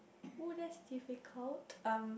oh that's difficult um